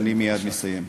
אני מייד מסיים.